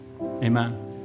amen